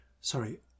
Sorry